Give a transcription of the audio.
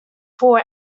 four